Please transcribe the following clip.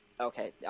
Okay